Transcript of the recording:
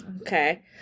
Okay